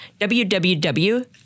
www